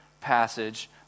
passage